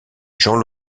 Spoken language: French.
jean